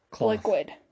liquid